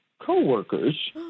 co-workers